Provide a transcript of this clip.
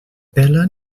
pela